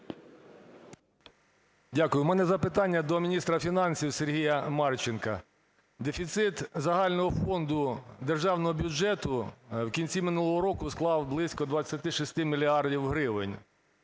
Дякую. В мене запитання до міністра фінансів Сергія Марченка. Дефіцит загального фонду державного бюджету в кінці минулого року склав близько 26 мільярдів